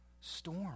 storm